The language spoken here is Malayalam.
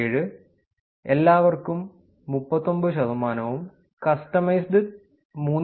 7 എല്ലാവർക്കും 39 ശതമാനവും കസ്റ്റമൈസ്ഡ് 3